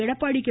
Edappadi K